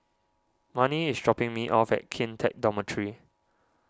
Marni is dropping me off at Kian Teck Dormitory